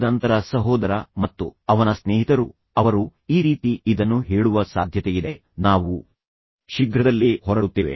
ತದನಂತರ ಸಹೋದರ ಮತ್ತು ಅವನ ಸ್ನೇಹಿತರು ಅವರು ಈ ರೀತಿ ಇದನ್ನು ಹೇಳುವ ಸಾಧ್ಯತೆಯಿದೆ ನಾವು ಶೀಘ್ರದಲ್ಲೇ ಹೊರಡುತ್ತೇವೆ